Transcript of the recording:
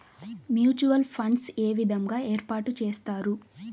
Mutual funds ఏ విధంగా ఏర్పాటు చేస్తారు?